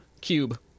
Cube